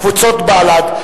קבוצת בל"ד,